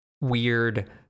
weird